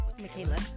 Michaela